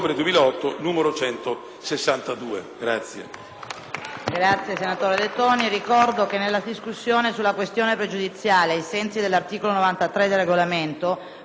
apre una nuova finestra"). Ricordo che nella discussione sulla questione pregiudiziale, ai sensi dell'articolo 93 del Regolamento, potrà intervenire un rappresentante per Gruppo, per non più di dieci minuti.